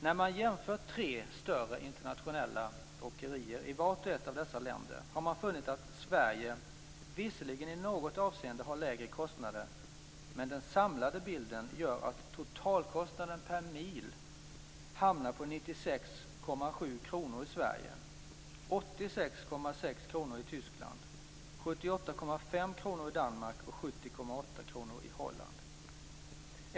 När man jämfört tre större, internationella åkerier i vart och ett av dessa länder, har man funnit att Sverige visserligen i något avseende har lägre kostnader, men den samlade bilden gör att totalkostnaden per mil hamnar på 96,7 kr i Sverige, 86,6 kr i Tyskland, 78,5 kr i Danmark och 70,8 kr i Holland.